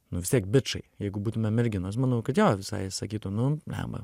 nu vis tiek bičai jeigu būtumėme merginos manau kad jo visai sakytų nu blemba